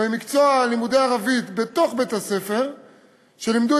במקצוע לימודי הערבית בתוך בתי-הספר שלימדו